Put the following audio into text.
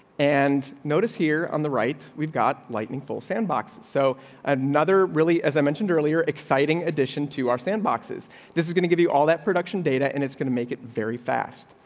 and notice here on the right. we've got lightning full sandbox. so another really, as i mentioned earlier, exciting addition to our sandbox is this is gonna give you all that production data and it's gonna make it very fast.